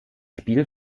spiel